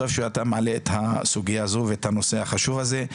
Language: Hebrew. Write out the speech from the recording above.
טוב שאתה מעלה את הסוגיה הזו ואת הנושא החשוב הזה.